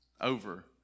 over